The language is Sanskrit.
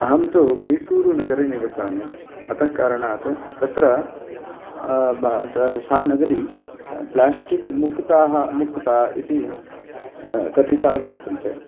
अहं तु मैसुरुनगरे निवसामि अतः कारणात् तत्र सा नगरी प्लास्टिक् मुक्ताः मुक्ता इति कथिता वर्तते